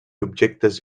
objectes